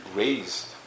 raised